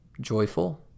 joyful